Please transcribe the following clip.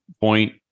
point